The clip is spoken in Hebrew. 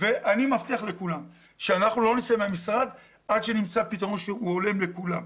ואני מבטיח לכולם שאנחנו לא נצא מהמשרד עד שנמצא פתרון הולם לכולם.